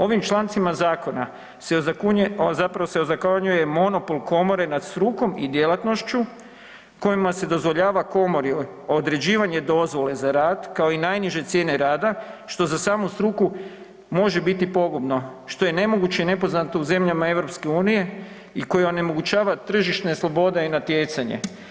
Ovim člancima zakona se zapravo se ozakonjuje monopol komore nad strukom i djelatnošću kojima se dozvoljava komori određivanje dozvole za rad kao i najniže cijene rada što za samu struku može biti pogubno što je nemoguće i nepoznato u zemljama EU i koje onemogućava tržišne slobode i natjecanje.